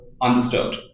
undisturbed